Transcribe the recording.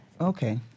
okay